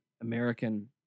American